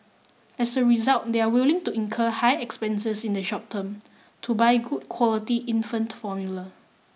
as a result they are willing to incur high expenses in the short term to buy good quality infant formula